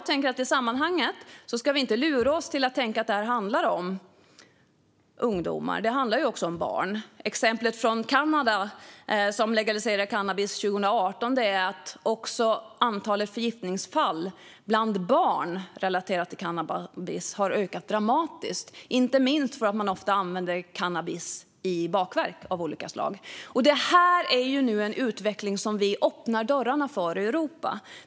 I sammanhanget ska vi inte luras att tänka att detta handlar om ungdomar utan att det också handlar om barn. Exemplet från Kanada, som legaliserade cannabis 2018, är att också antalet förgiftningsfall bland barn relaterat till cannabis har ökat dramatiskt, inte minst för att cannabis ofta används i bakverk av olika slag. Detta är en utveckling som vi nu öppnar dörrarna för i Europa.